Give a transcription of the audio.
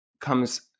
comes